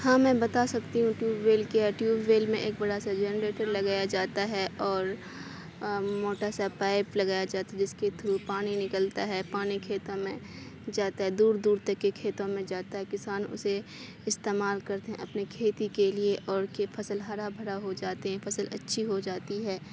ہاں میں بتا سکتی ہوں ٹیوب ویل کیا ہے ٹیوب ویل میں ایک بڑا سا جنریٹر لگایا جاتا ہے اور موٹا سا پائپ لگایا جاتا جس کے تھرو پانی نکلتا ہے پانی کھیتوں میں جاتا ہے دور دور تک کے کھیتوں میں جاتا ہے کسان اسے استعمال کرتے ہیں اپنی کھیتی کے لیے اور کہ فصل ہرا بھرا ہو جاتے ہیں فصل اچھی ہو جاتی ہے